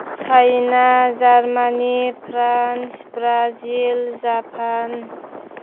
China Germany France Brasil Japan